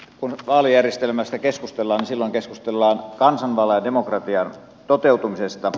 kun vaalijärjestelmästä keskustellaan silloin keskustellaan kansanvallan ja demokratian toteutumisesta